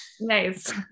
Nice